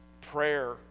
prayer